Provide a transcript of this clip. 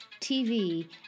TV